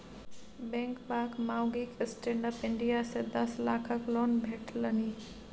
बेंगबाक माउगीक stand up India सँ दस लाखक लोन भेटलनि